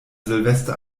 silvester